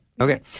Okay